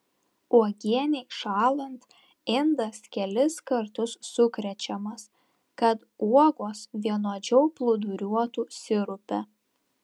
uogienei šąlant indas kelis kartus sukrečiamas kad uogos vienodžiau plūduriuotų sirupe